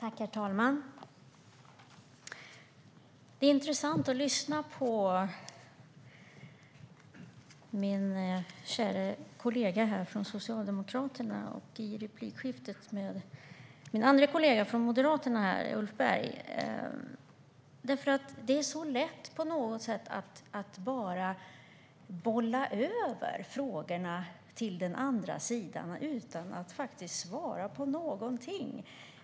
Herr talman! Det är intressant att lyssna på min käre kollega från Socialdemokraterna i replikskiftet med min andre kollega Ulf Berg från Moderaterna. Det är på något sätt så lätt att bara bolla över frågorna till den andra sidan utan att svara på någonting.